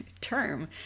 term